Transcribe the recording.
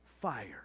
fire